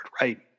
Right